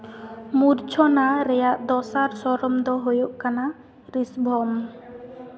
ᱢᱩᱨᱪᱷᱚᱱᱟ ᱨᱮᱭᱟᱜ ᱫᱚᱥᱟᱨ ᱥᱚᱨᱚᱢ ᱫᱚ ᱦᱳᱭᱳᱜ ᱠᱟᱱᱟ ᱨᱤᱥᱵᱷᱚᱢ